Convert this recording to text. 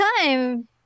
time